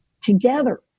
together